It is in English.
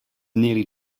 nearly